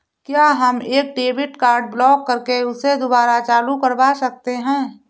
क्या हम एक डेबिट कार्ड ब्लॉक करके उसे दुबारा चालू करवा सकते हैं?